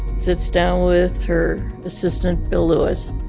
sits down with her assistant, bill lewis,